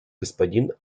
господин